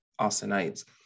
Austinites